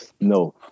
No